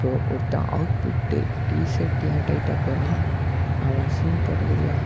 இப்போது ஒருத்தன் outfit t-shirt ஏன் டைட்டாக போடுறான் அவன் சீன் போடுறதுக்குதான்